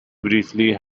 briefly